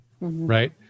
right